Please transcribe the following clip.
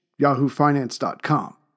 YahooFinance.com